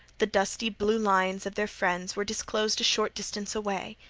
the dusty blue lines of their friends were disclosed a short distance away.